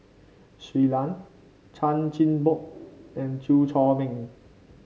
Shui Lan Chan Chin Bock and Chew Chor Meng